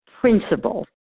principle